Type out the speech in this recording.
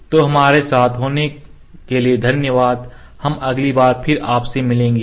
तो हमारे साथ होने के लिए धन्यवाद हम अगली बार फिर आपसे मिलेंगे